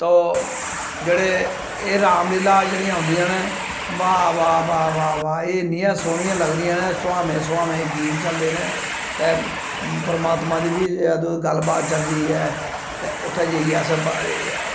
तूं जेह्ड़े एह् राम लीला जेह्ड़ी औंदिया न वाह् वाह् वाह् वाह् एह् इन्नियां सोह्नियां लगदियां न सुहामें सुहामें गीत चलदे न ते परमात्मा दी बी गल्ल बात चलदी ऐ ते उत्थें जाइयै अस